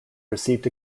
received